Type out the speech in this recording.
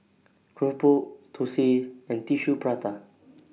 Keropok Thosai and Tissue Prata